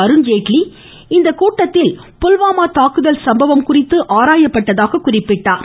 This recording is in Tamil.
அருண்ஜேட்லி இந்த கூட்டத்தில் புல்வாமா தாக்குதல் சம்பவம் குறித்து ஆராயப்பட்டதாக குறிப்பிட்டார்